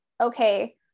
Okay